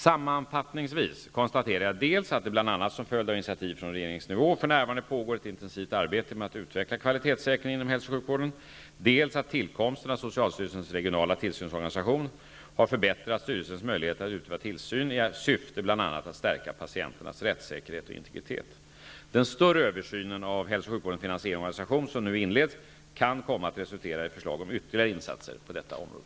Sammanfattningsvis konstaterar jag dels att det bl.a. som följd av initiativ från regeringen för närvarande pågår ett intensivt arbete med att utveckla kvalitetssäkringen inom hälso och sjukvården, dels att tillkomsten av socialstyrelsens regionala tillsynsorganisation har förbättrat styrelsens möjligheter att utöva tillsyn i syfte bl.a. att stärka patienternas rättssäkerhet och integritet. Den större översynen av hälso och sjukvårdens finansiering och organisation, som nu inleds, kan komma att resultera i förslag om ytterligare insatser på detta område.